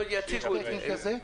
יש נתון כזה?